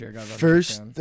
First